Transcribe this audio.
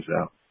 out